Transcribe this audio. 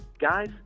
guys